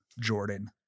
Jordan